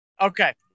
Okay